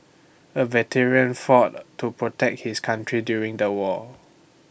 the veteran fought to protect his country during the war